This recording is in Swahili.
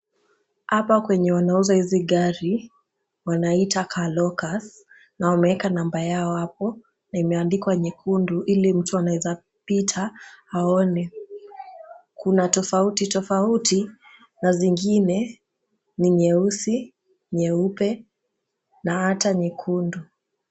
Hapa kwenye wanauza hizi gari wanaita Car Locus na wameweka namba yao hapo na imeandikwa nyekundu ili mtu anawezapita aone. Kuna tofauti tofauti na zingine ni nyeusi, nyeupe na hata nyekundu.